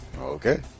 Okay